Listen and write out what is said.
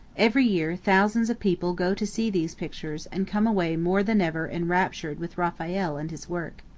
every year thousands of people go to see these pictures and come away more than ever enraptured with raphael and his work.